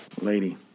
lady